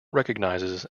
recognizes